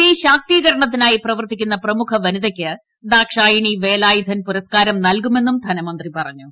സ്ത്രീ ശാക്തീകരണത്തിനായി പ്രവർത്തിക്കുന്ന പ്രമുഖവനിതക്ക് ദാക്ഷായണി വേലായുധൻ പുരസ്കാരം നൽകുമെന്നും ധനമന്ത്രി പറഞ്ഞു